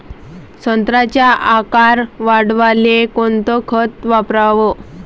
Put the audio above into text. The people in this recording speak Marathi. संत्र्याचा आकार वाढवाले कोणतं खत वापराव?